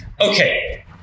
Okay